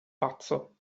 pazzo